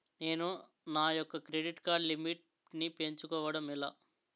నేను నా యెక్క క్రెడిట్ కార్డ్ లిమిట్ నీ పెంచుకోవడం ఎలా?